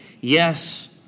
Yes